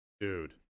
Dude